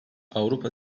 avrupa